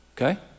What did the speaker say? Okay